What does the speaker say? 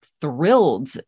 thrilled